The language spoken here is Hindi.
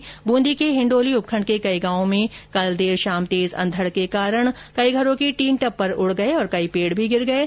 वहीं बूंदी के हिण्डोली उपखण्ड के कई गांवों में कल देर शाम तेज अंधड के कारण कई घरों के टीनटप्पर उड गये और कई पेड भी गिर गये